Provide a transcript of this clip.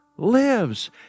lives